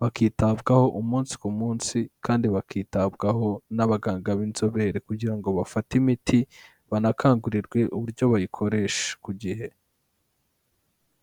bakitabwaho umunsi ku munsi kandi bakitabwaho n'abaganga b'inzobere kugira ngo bafate imiti, banakangurirwe uburyo bayikoresha ku gihe.